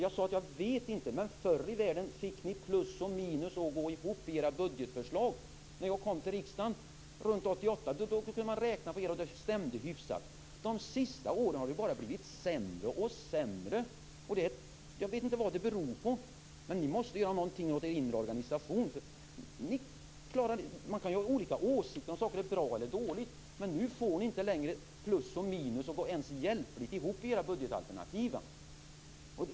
Jag sade att jag inte vet, men förr i världen fick ni plus och minus att gå ihop i era budgetförslag. När jag kom till riksdagen 1988 kunde man räkna på era förslag, och då stämde de hyfsat. De senaste åren har det bara blivit sämre och sämre - jag vet inte vad det beror på. Ni måste göra någonting åt er inre organisation. Man kan ha olika åsikter om saker är bra eller dåliga, men ni får inte längre plus och minus att gå ihop ens hjälpligt i era budgetalternativ.